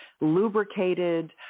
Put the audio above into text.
lubricated